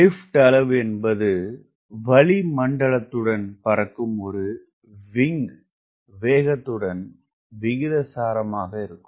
lift அளவு என்பது வளிமண்டலத்துடன் பறக்கும் ஒரு விங் வேகத்துடன் விகிதாசாரமாக இருக்கும்